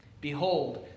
Behold